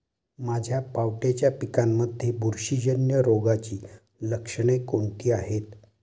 माझ्या पावट्याच्या पिकांमध्ये बुरशीजन्य रोगाची लक्षणे कोणती आहेत?